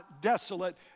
desolate